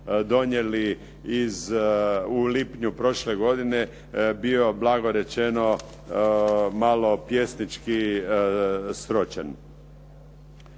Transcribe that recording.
donijeli u lipnju prošle godine bio blago rečeno malo pjesnički sročen.